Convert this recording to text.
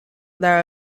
there